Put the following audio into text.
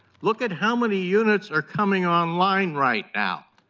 look at how many units are coming online right now.